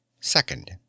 second